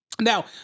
Now